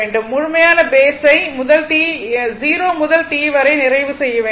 r முழுமையான phase ஐ 0 முதல் T வரை நிறைவு செய்ய வேண்டும்